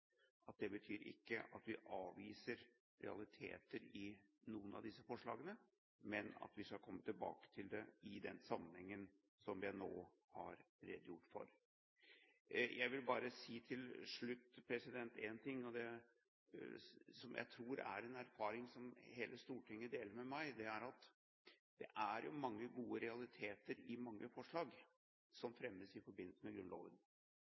at vi avviser realiteter i noen av disse forslagene, men at vi skal komme tilbake til det i den sammenhengen som jeg nå har redegjort for. Jeg vil bare til slutt si én ting – som jeg tror er en erfaring som hele Stortinget deler med meg: Det er mange gode realiteter i mange forslag som fremmes i forbindelse med Grunnloven,